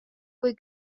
kui